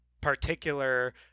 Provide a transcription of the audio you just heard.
particular